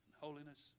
holiness